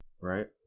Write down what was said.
right